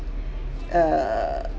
err